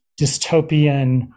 dystopian